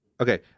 okay